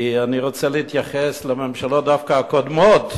כי אני רוצה להתייחס לממשלות הקודמות,